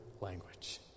language